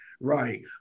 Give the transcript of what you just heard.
Right